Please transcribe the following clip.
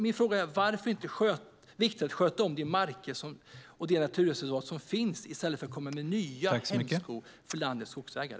Min fråga är: Varför är det inte viktigt att sköta om de naturreservat som finns i stället för att komma med nya hämskor för landets skogsägare?